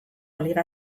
liga